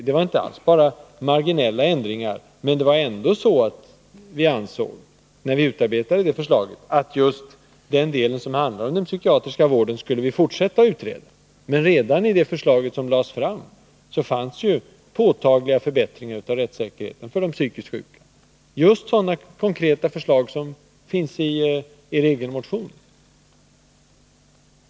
Det var inte alls bara marginaländringar, men vi ansåg ändå, att man borde fortsätta att utreda just den del som rör den psykiatriska vården. Men redan i det förslag som lades fram fanns påtagliga förbättringar av rättssäkerheten för de psykiskt sjuka — just sådana konkreta förslag som finns i er egen motion.